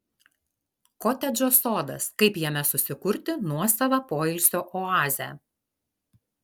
kotedžo sodas kaip jame susikurti nuosavą poilsio oazę